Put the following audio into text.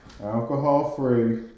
Alcohol-free